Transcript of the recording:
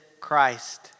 Christ